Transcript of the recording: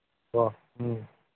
okay